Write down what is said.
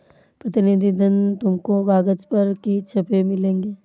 प्रतिनिधि धन तुमको कागज पर ही छपे मिलेंगे